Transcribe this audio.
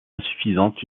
insuffisante